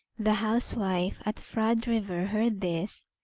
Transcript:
the housewife at frod river, heard this,